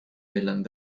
willen